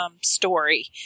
story